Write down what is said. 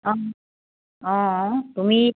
অঁ অঁ তুমি